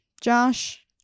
josh